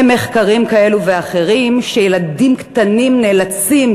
ממחקרים כאלה ואחרים שילדים קטנים נאלצים,